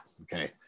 okay